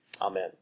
Amen